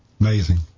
Amazing